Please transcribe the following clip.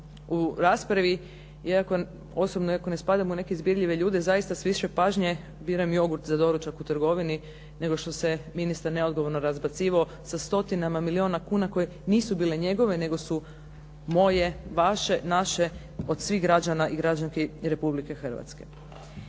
u raspravi. Iako osobno ne spadam u neke izbirljive ljude zaista s više pažnje biram jogurt za doručak u trgovini, nego što se ministar neodgovorno razbacivao sa stotinama milijuna kuna koje nisu bile njegove, nego su moje, naše, vaše, od svih građana i građanki Republike Hrvatske.